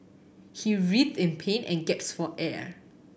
he writhed in pain and gasped for air